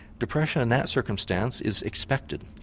depression in that circumstance is expected,